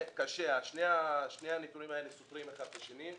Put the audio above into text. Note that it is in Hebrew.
שני הנתונים האלה סותרים אחד את השני.